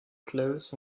cloth